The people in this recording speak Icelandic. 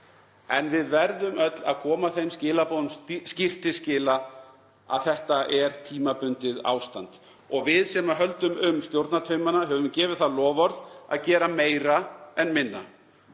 En við verðum öll að koma þeim skilaboðum skýrt til skila að þetta er tímabundið ástand. Og við, sem höldum um stjórnartaumana, höfum gefið það loforð að gera meira en minna.